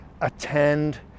attend